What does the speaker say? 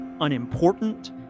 unimportant